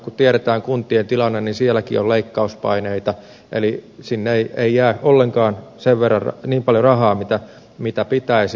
kun tiedetään kuntien tilanne niin sielläkin on leikkauspaineita eli sinne ei jää ollenkaan niin paljon rahaa kuin pitäisi